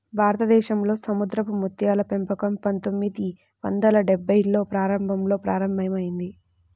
భారతదేశంలో సముద్రపు ముత్యాల పెంపకం పందొమ్మిది వందల డెభ్భైల్లో ప్రారంభంలో ప్రారంభమైంది